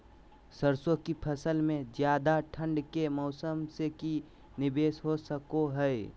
सरसों की फसल में ज्यादा ठंड के मौसम से की निवेस हो सको हय?